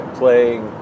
playing